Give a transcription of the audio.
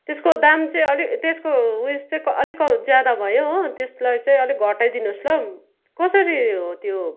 त्यसको दाम चाहिँ अलि त्यसको उयस चाहिँ अलिक क ज्यादा भयो हो त्यसलाई चाहिँ अलिक घटाइदिनुहोस् ल कसरी हो त्यो